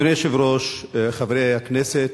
אדוני היושב-ראש, חברי הכנסת,